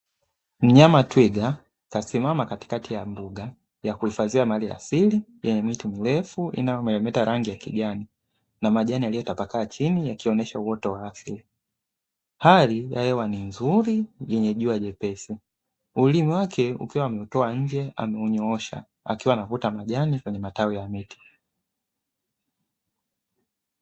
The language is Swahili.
Mnyama twiga kasimama katikati ya mbuga ya kuhifadhia mali asili yenye miti mirefu inayomeremeta rangi ya kijani, na majani yaliyotapakaa chini yakionyesha uoto wa asili, hali ya hewa ni nzuri yenye jua jepesi, ulimi wake akiwa ameutoa nje ameunyoosha akiwa anavuta majani kwenye matawi ya miti.